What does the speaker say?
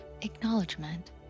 acknowledgement